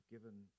given